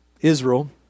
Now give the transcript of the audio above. Israel